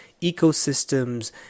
ecosystems